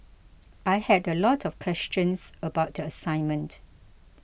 I had a lot of questions about the assignment